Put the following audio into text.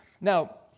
Now